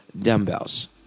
Dumbbells